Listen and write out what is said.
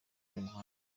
y’umuhanda